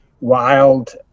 wild